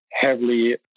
heavily